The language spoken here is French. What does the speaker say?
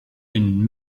une